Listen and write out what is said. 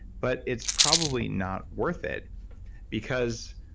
but it's probably not worth it because